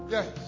Yes